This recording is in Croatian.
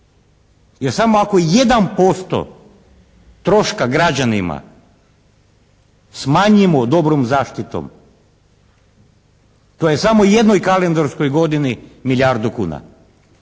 jer samo ako 1% troška građanima smanjimo dobrom zaštitom to je u samo jednoj kalendarskoj godini milijardu kuna.